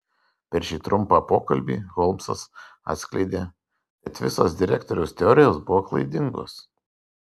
per šį trumpą pokalbį holmsas atskleidė kad visos direktoriaus teorijos buvo klaidingos